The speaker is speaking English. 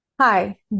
Hi